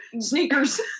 sneakers